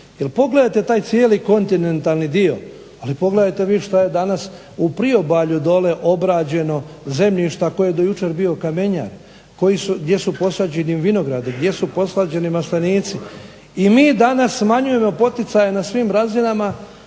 pogledajte taj cijeli kontinentalni dio ali pogledajte vi šta je danas u Priobalju dolje obrađeno zemljišta koje je do jučer bio kamenjar, gdje su posađeni vinogradi, gdje su posađeni maslenici. I mi danas smanjujemo poticaje na svim razinama